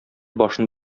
башын